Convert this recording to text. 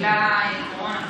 בגלל הקורונה,